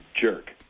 jerk